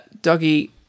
Dougie